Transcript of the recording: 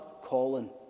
Colin